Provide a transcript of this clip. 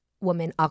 woman